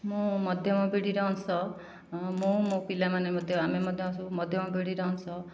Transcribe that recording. ମୁଁ ମଧ୍ୟମ ପିଢ଼ିର ଅଂଶ ମୁଁ ମୋ ପିଲାମାନେ ମଧ୍ୟ ଆମେ ମଧ୍ୟ ସବୁ ମଧ୍ୟମ ପିଢ଼ିର ଅଂଶ